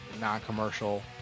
non-commercial